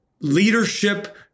leadership